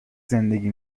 زندگی